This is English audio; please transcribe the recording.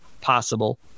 possible